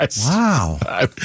wow